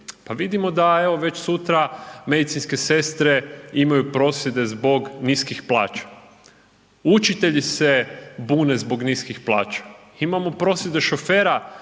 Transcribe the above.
Pa vidimo da evo već sutra medicinske sestre imaju prosvjede zbog niskih plaća, učitelji se bune zbog niskih plaća, imamo prosvjede šofera